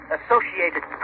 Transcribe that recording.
Associated